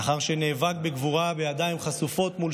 לאחר שנאבק בגבורה בידיים חשופות מול